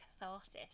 catharsis